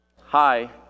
hi